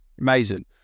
Amazing